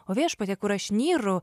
o viešpatie kur aš nyru